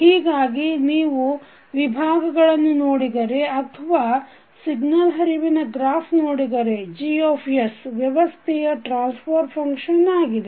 ಹೀಗಾಗಿ ನೀವು ವಿಭಾಗಗಳನ್ನು ನೋಡಿದರೆ ಅಥವಾ ಸಿಗ್ನಲ್ ಹರಿವಿನ ಗ್ರಾಫ್ ನೋಡಿದರೆ G ವ್ಯವಸ್ಥೆಯ ಟ್ರಾನ್ಸಫರ್ ಫಂಕ್ಷನ್ ಆಗಿದೆ